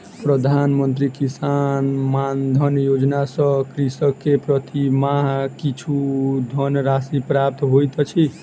प्रधान मंत्री किसान मानधन योजना सॅ कृषक के प्रति माह किछु धनराशि प्राप्त होइत अछि